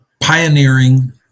pioneering